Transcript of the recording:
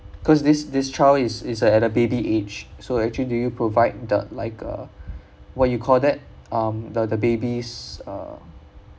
because this this child is is uh at a baby age so actually do you provide the like uh what you call that um the the baby's uh